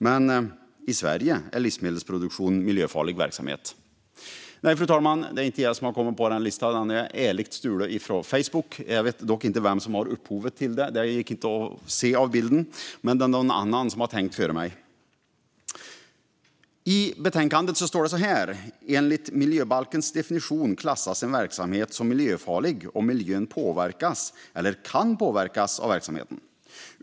Men i Sverige är livsmedelsproduktionen miljöfarlig verksamhet. Fru talman! Det är inte jag som har kommit på den listan. Den är ärligt stulen från Facebook. Jag vet dock inte vem som var upphovet till den. Det gick inte att se av bilden. Men det är någon annan som har tänkt före mig. I betänkandet står det: "Enligt miljöbalkens definition klassas en verksamhet som miljöfarlig om miljön påverkas eller kan påverkas av verksamheten.